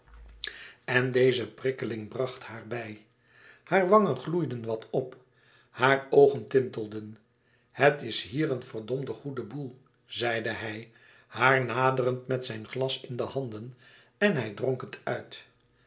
en deze prikkeling bracht haar bij hare wangen gloeiden wat op hare oogen tintelden het is hier een verdmde goeie boel zeide hij haar naderend met zijn glas in de handen en hij dronk het uit